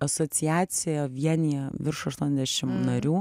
asociacija vienija virš aštuoniasdešim narių